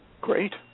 Great